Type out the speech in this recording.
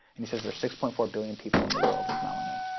and he says, there's six point four billion people in the world with melanin.